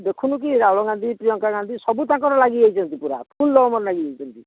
ଦେଖୁନୁକି ରାହୁଳ ଗାନ୍ଧୀ ପ୍ରିୟଙ୍କା ଗାନ୍ଧୀ ସବୁ ତାଙ୍କର ଲାଗି ଯାଇଛନ୍ତି ପୁରା ଫୁଲ୍ ଦମ୍ରେ ଲାଗି ଯାଇଛନ୍ତି